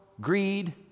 greed